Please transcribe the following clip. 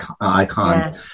icon